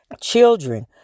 Children